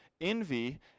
Envy